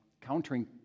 countering